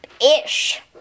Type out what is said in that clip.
Ish